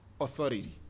authority